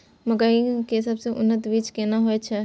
मकई के सबसे उन्नत बीज केना होयत छै?